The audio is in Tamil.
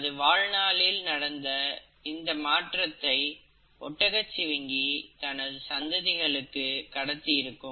தனது வாழ்நாளில் அடைந்த இந்த மாற்றத்தை ஒட்டகச்சிவிங்கி தனது சந்ததிகளுக்கு கடத்தி இருக்கும்